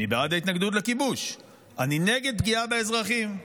אני בעד ההתנגדות לכיבוש, אני נגד פגיעה באזרחים.